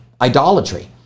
idolatry